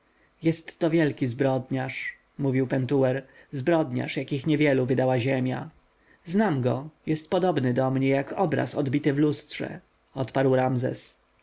to wielki zbrodniarz mówił pentuer zbrodniarz jakich niewielu wydała ziemia znam go jest podobny do mnie jak obraz odbity w lustrze odparł ramzes